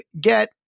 get